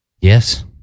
Yes